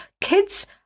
kids